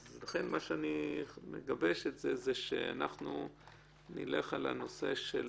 לכן מה שאני מגבש, שנלך על הנושא של